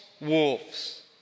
wolves